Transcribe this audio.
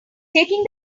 taking